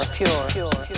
pure